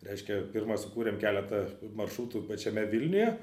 reiškia pirma sukūrėm keletą maršrutų pačiame vilniuje